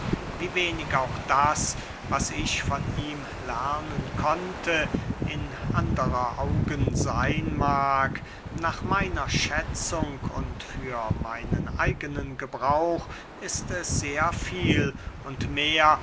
wie wenig auch das was ich von ihm lernen konnte in anderer augen seyn mag nach meiner schätzung und für meinen eigenen gebrauch ist es sehr viel und mehr